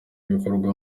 ibikorwa